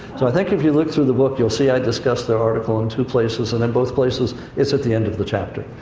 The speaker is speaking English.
so, i think if you look through the book, you'll see i discussed their article in two places, and in both places, it's at the end of the chapter,